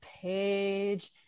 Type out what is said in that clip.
page